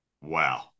Wow